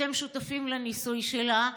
שאתם שותפים לניסוי שלה,